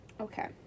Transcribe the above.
Okay